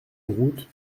route